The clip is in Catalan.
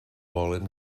volen